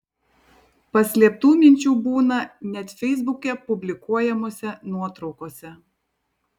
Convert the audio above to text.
paslėptų minčių būna net feisbuke publikuojamose nuotraukose